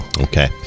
okay